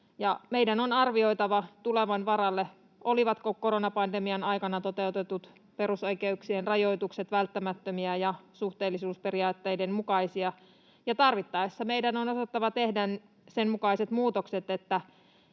Meidän on arvioitava tulevan varalle, olivatko koronapandemian aikana toteutetut perusoikeuksien rajoitukset välttämättömiä ja suhteellisuusperiaatteiden mukaisia. Ja tarvittaessa meidän on osattava tehdä sen mukaiset muutokset,